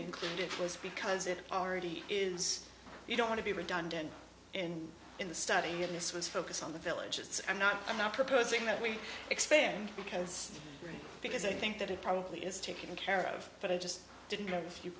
include it was because it already is you don't want to be redundant in the study of this was focus on the villages i'm not i'm not proposing that we expand because because i think that it probably is taken care of but i just didn't